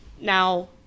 Now